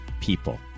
people